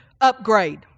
upgrade